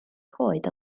coed